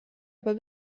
aber